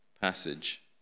passage